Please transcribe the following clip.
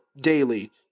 daily